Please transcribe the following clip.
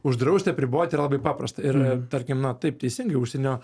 uždrausti apriboti yra labai paprastą ir tarkim na taip teisingai užsienio